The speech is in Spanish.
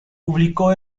publicó